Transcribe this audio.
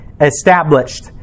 established